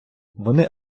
вони